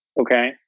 okay